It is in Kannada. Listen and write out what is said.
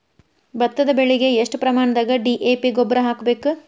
ಭತ್ತದ ಬೆಳಿಗೆ ಎಷ್ಟ ಪ್ರಮಾಣದಾಗ ಡಿ.ಎ.ಪಿ ಗೊಬ್ಬರ ಹಾಕ್ಬೇಕ?